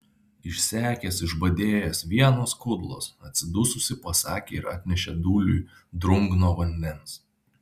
išsekęs išbadėjęs vienos kudlos atsidususi pasakė ir atnešė dūliui drungno vandens